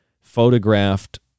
photographed